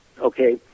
Okay